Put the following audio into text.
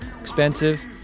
expensive